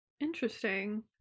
Interesting